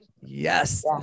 Yes